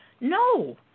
No